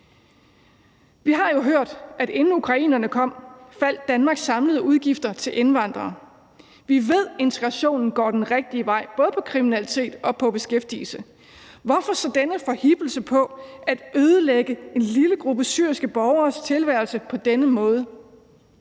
Vi har jo hørt, at inden ukrainerne kom, faldt Danmarks samlede udgifter til indvandrere. Vi ved, at integrationen går den rigtige vej, både på kriminalitet og på beskæftigelse. Hvorfor så denne forhippelse på at ødelægge en lille gruppe syriske borgeres tilværelse på denne måde?